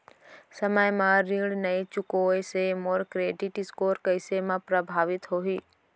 समय म ऋण नई चुकोय से मोर क्रेडिट स्कोर कइसे म प्रभावित होही?